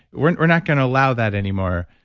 we're and we're not going to allow that anymore,